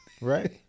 Right